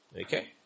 Okay